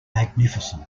magnificent